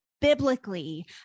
biblically